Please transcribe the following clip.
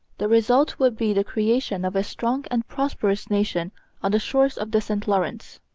the result would be the creation of a strong and prosperous nation on the shores of the st lawrence.